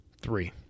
three